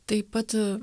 taip pat